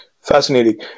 Fascinating